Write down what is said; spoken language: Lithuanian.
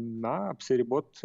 na apsiribot